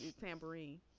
tambourine